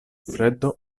freddo